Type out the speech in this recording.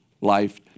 life